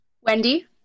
Wendy